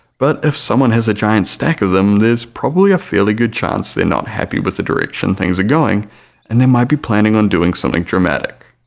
but if someone has a giant stack of them there's probably a fairly good chance they're not happy with the direction things are going and they might be planning on doing something dramatic.